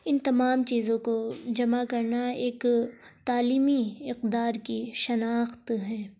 ان تمام چیزوں کو جمع کرنا ایک تعلیمی اقدار کی شناخت ہے